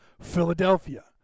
Philadelphia